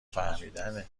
فهمیدن